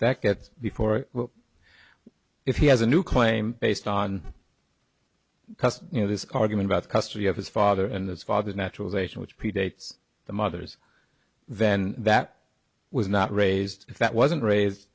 that gets before well if he has a new claim based on just you know this argument about custody of his father and his father's naturalization which predates the mother's then that was not raised that wasn't raised